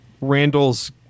Randall's